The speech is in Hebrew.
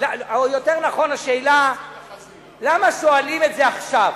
או יותר נכון, למה שואלים את זה עכשיו?